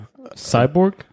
Cyborg